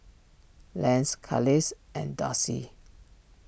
Lance Carlisle and Darcy